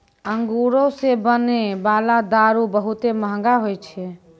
अंगूरो से बनै बाला दारू बहुते मंहगा होय छै